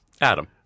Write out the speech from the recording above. Adam